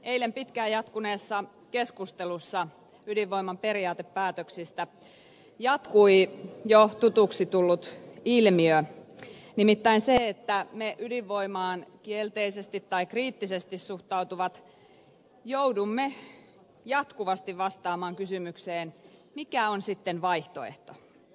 eilen pitkään jatkuneessa keskustelussa ydinvoiman periaatepäätöksistä jatkui jo tutuksi tullut ilmiö nimittäin se että me ydinvoimaan kielteisesti tai kriittisesti suhtautuvat joudumme jatkuvasti vastaamaan kysymykseen mikä on sitten vaihtoehto